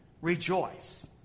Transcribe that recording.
rejoice